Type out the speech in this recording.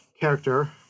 character